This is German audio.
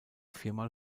viermal